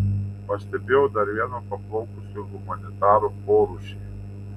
pastebėjau dar vieną paplaukusių humanitarų porūšį